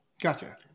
Gotcha